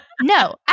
No